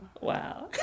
wow